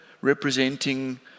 representing